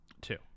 Two